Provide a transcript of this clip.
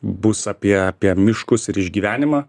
bus apie apie miškus ir išgyvenimą